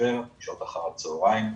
הספר בשעות אחר הצהריים,